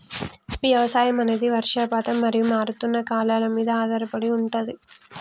వ్యవసాయం అనేది వర్షపాతం మరియు మారుతున్న కాలాల మీద ఆధారపడి ఉంటది